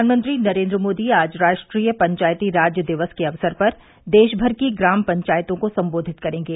प्रधानमंत्री नरेन्द्र मोदी आज राष्ट्रीय पंचायती राज दिवस के अवसर पर देशभर की ग्राम पंचायतों को सम्बोधित करेंगे